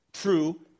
true